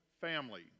family